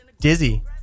Dizzy